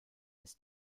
ist